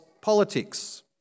politics